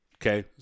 Okay